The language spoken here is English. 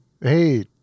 Hey